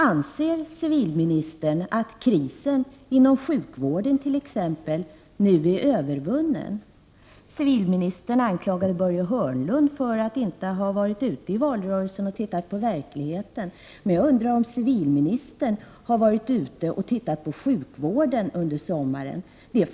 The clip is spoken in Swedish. Anser civilministern att krisen inom exempelvis sjukvården nu är övervun nen? Civilministern anklagade Börje Hörnlund för att inte ha varit ute i valrörelsen och tittat på verkligheten, men jag undrar: Har civilministern varit ute och tittat på sjukvården under sommaren?